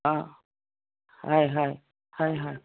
অঁ হয় হয় হয় হয়